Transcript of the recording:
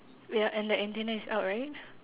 ya and the antenna is out right